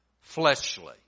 fleshly